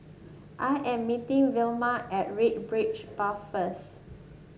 I am meeting Vilma at Red Path first